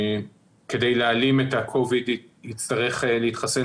כדי להעלים את הקוביד יצטרך להתחסן